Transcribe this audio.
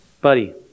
Buddy